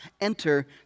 enter